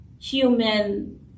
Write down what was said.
human